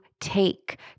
take